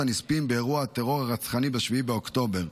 הנספים באירוע הטרור הרצחני ב-7 באוקטובר,